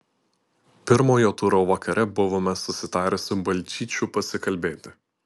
pirmojo turo vakare buvome susitarę su balčyčiu pasikalbėti